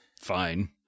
fine